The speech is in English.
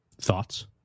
Thoughts